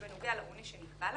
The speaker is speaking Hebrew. או בנוגע לעונש שנקבע לה,